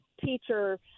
teacher